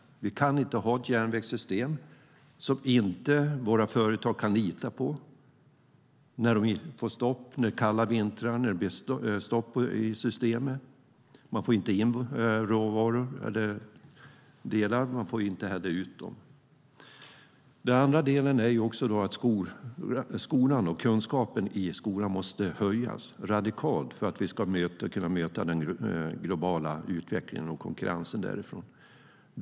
Vi kan inte ha ett järnvägssystem som våra företag inte kan lita på, där det blir stopp i systemet under kalla vintrar. Man får inte in råvaror eller delar, och man får inte heller ut dem. Den andra delen är att kunskapen i skolan måste höjas radikalt för att vi ska kunna möta den globala utvecklingen och konkurrensen därifrån.